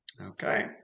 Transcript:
okay